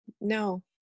No